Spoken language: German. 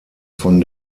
von